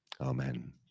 Amen